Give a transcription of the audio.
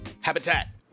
habitat